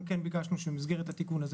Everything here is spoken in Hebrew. אנחנו כן ביקשנו שבמסגרת התיקון הזה